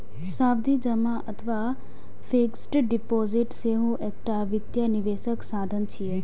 सावधि जमा अथवा फिक्स्ड डिपोजिट सेहो एकटा वित्तीय निवेशक साधन छियै